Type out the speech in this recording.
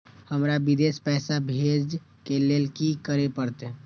हमरा विदेश पैसा भेज के लेल की करे परते?